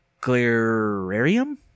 glirarium